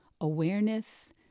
awareness